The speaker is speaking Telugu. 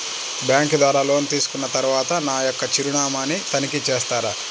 బ్యాంకు ద్వారా లోన్ తీసుకున్న తరువాత నా యొక్క చిరునామాని తనిఖీ చేస్తారా?